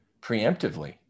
preemptively